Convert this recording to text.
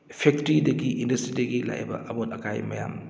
ꯐꯦꯛꯇ꯭ꯔꯤꯗꯒꯤ ꯏꯟꯗꯁꯇ꯭ꯔꯤꯗꯒꯤ ꯂꯥꯛꯏꯕ ꯑꯃꯣꯠ ꯑꯀꯥꯏ ꯃꯌꯥꯝ